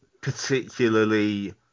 particularly